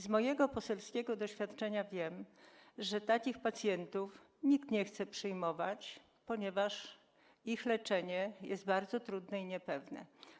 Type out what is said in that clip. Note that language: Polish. Z mojego poselskiego doświadczenia wynika, że takich pacjentów nikt nie chce przyjmować, ponieważ ich leczenie jest bardzo trudne i niepewne.